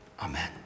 amen